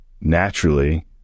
naturally